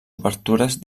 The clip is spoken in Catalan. obertures